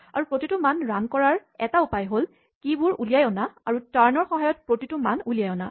আৰু প্ৰতিটো মান ৰান কৰাৰ এটা উপায় হ'ল কীচাবিবোৰ উলিয়াই অনা আৰু টাৰ্নৰ সহায়ত প্ৰতিটো মান উলিয়াই অনা